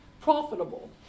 profitable